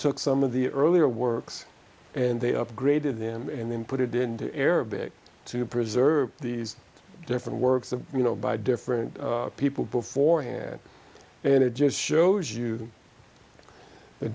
took some of the earlier works and they upgraded them and then put it into arabic to preserve these different works of you know by different people beforehand and it just shows you the